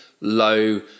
low